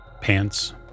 pants